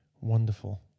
Wonderful